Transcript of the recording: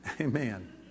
Amen